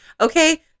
okay